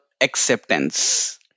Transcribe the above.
acceptance